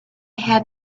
had